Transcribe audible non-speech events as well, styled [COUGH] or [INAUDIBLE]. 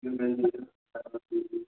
[UNINTELLIGIBLE]